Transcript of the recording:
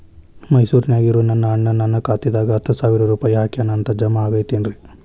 ಮೈಸೂರ್ ನ್ಯಾಗ್ ಇರೋ ನನ್ನ ಅಣ್ಣ ನನ್ನ ಖಾತೆದಾಗ್ ಹತ್ತು ಸಾವಿರ ರೂಪಾಯಿ ಹಾಕ್ಯಾನ್ ಅಂತ, ಜಮಾ ಆಗೈತೇನ್ರೇ?